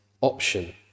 option